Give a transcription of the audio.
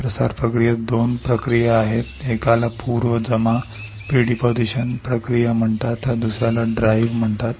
प्रसार प्रक्रियेत 2 प्रक्रिया आहेत एकाला पूर्व जमा प्रक्रिया म्हणतात तर दुसऱ्याला ड्राइव्ह म्हणतात